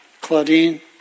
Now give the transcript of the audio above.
Claudine